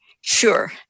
Sure